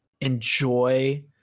enjoy